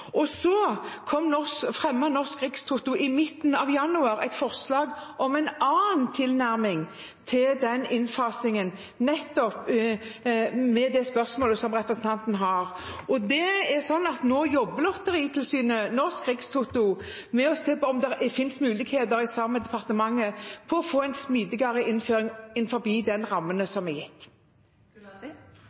Så fremmet Norsk Rikstoto i midten av januar et forslag om en annen tilnærming til den innfasingen, nettopp med det spørsmålet representanten har. Nå jobber Lotteritilsynet og Norsk Rikstoto sammen med departementet med å se på om det finnes muligheter for å få en smidigere innføring innenfor de rammene som er gitt.